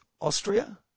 Austria